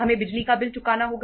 हमें बिजली का बिल चुकाना होगा